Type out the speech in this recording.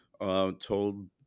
told